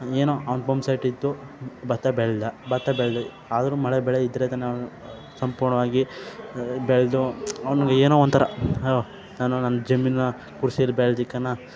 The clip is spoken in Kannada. ಏನೋ ಅವ್ನು ಪಂಪ್ ಸೆಟ್ ಇತ್ತು ಭತ್ತ ಬೆಳೆದ ಭತ್ತ ಬೆಳೆದು ಆದರೂ ಮಳೆ ಬೆಳೆ ಇದ್ದರೆ ತಾನೆ ಅವ್ನು ಸಂಪೂರ್ಣವಾಗಿ ಬೆಳೆದು ಅವ್ನಿಗೇನೋ ಒಂಥರಾ ಹೊ ನಾನು ನನ್ನ ಜಮೀನನ್ನ ಕೃಷೀಲಿ ಬೆಳ್ದಿಕನಾ